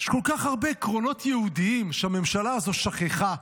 יש כל כך הרבה עקרונות יהודיים שהממשלה הזו שכחה.